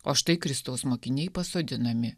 o štai kristaus mokiniai pasodinami